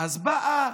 אז באה